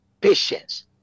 patience